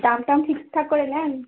দাম টাম ঠিকঠাক করে নিন